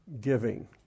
giving